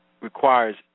requires